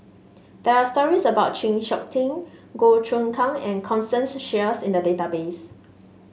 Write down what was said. there are stories about Chng Seok Tin Goh Choon Kang and Constance Sheares in the database